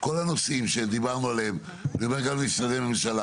כל הנושאים שדיברנו עליהם אני אומר גם למשרדי הממשלה